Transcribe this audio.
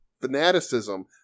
fanaticism